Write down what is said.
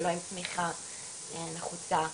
ולא עם תמיכה נחוצה,